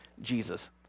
Jesus